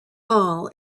hall